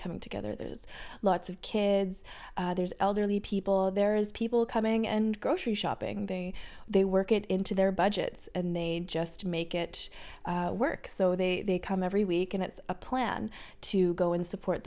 coming together there's lots of kids there's elderly people there is people coming and grocery shopping they they work it into their budgets and they just make it work so they come every week and it's a plan to go and support